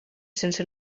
sense